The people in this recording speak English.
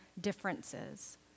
differences